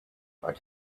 what